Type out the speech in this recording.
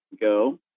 go